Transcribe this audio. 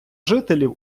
жителів